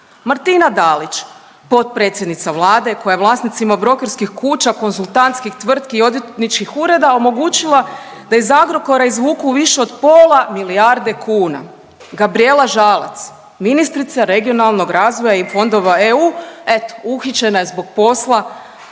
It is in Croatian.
Martina Dalić, potpredsjednica Vlade, koja je vlasnicima brokerskih kuća, konzultantskih tvrtki i odvjetničkih ureda omogućila da iz Agrokora izvuku više od pola milijarde kuna. Gabrijela Žalac, ministrica regionalnog razvoja i fondova EU, eto uhićena je zbog posla